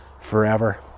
forever